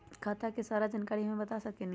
खाता के सारा जानकारी हमे बता सकेनी?